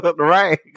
right